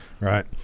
right